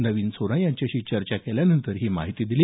नवीन सोना यांच्याशी चर्चा केल्यानंतर ही माहिती दिली